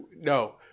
No